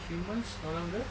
humans no longer